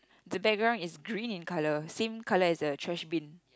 the background is green in colour same colour as a trashbin